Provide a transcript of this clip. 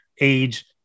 age